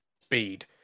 speed